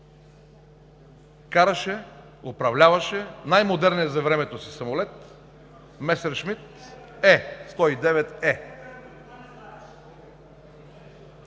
София, управляваше най-модерния за времето си самолет „Месершмит 109